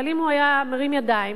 אבל אם הוא היה מרים ידיים,